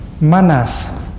Manas